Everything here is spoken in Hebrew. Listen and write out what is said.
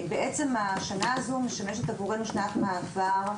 השנה הזו משמשת עבורנו שנת מעבר,